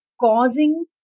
causing